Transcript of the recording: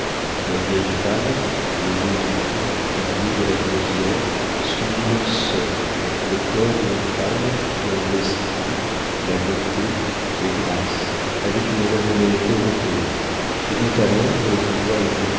la vieille femme les deux enfants accompagnés de la closière suivirent seuls le corps d'une femme dont l'esprit la beauté les grâces avaient une renommée européenne et dont à londres le convoi